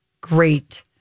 great